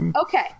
Okay